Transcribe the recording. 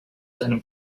seinem